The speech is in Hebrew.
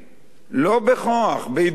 לא בכוח, בהידברות.